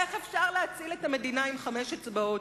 איך אפשר להציל את המדינה עם חמש אצבעות,